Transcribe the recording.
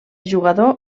jugador